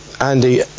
Andy